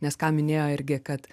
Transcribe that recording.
nes ką minėjo irgi kad